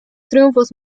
triunfos